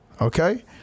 Okay